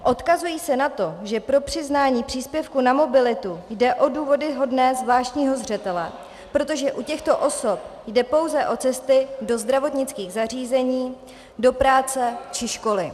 Odkazují se na to, že pro přiznání příspěvků na mobilitu jde o důvody hodné zvláštního zřetele, protože u těchto osob jde pouze o cesty do zdravotnických zařízení, do práce či školy.